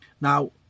Now